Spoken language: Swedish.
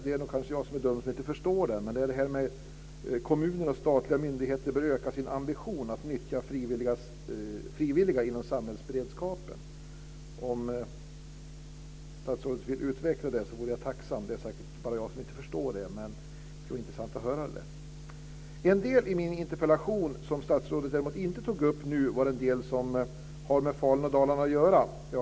Det är kanske jag som är dum som inte förstår, men det är det här med att kommuner och statliga myndigheter bör öka sin ambition att nyttja frivilliga inom samhällsberedskapen. Om statsrådet ville utveckla det vore jag tacksam. Det är säkert bara jag som inte förstår, men det skulle vara intressant att höra. En sak i min interpellation som statsrådet däremot inte tog upp nu var en del som har med Falun och Dalarna att göra.